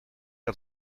que